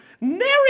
nary